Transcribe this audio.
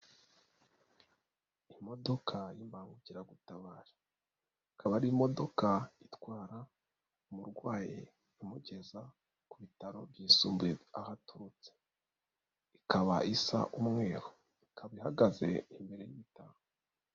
Imodoka y'imbangukiragutabara ikaba ari imodoka itwara umurwayi imugeza ku bitaro byisumbuye aho aturutse. Ikaba isa umweru ikaba ihagaze imbere y'ibitaro.